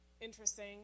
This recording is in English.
interesting